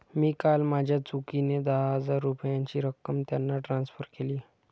मी काल माझ्या चुकीने दहा हजार रुपयांची रक्कम त्यांना ट्रान्सफर केली